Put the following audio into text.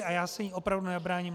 A já se jí opravdu nebráním.